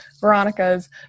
Veronica's